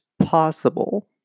possible